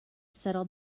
settle